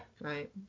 Right